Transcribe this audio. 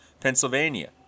Pennsylvania